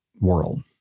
world